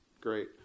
great